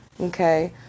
Okay